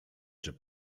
czy